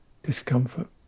Discomfort